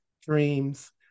dreams